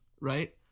right